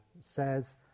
says